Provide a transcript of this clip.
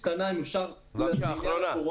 רק התייחסות קטנה לעניין הקורונה.